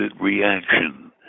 reaction